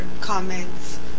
comments